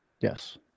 Yes